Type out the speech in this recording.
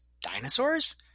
Dinosaurs